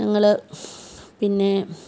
ഞങ്ങൾ പിന്നെ